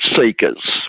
Seekers